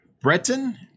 Breton